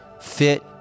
fit